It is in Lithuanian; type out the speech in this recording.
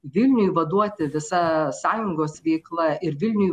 vilniui vaduoti visa sąjungos veikla ir vilniuj